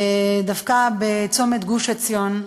דווקא בצומת גוש-עציון,